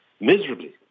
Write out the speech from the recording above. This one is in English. miserably